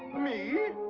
me?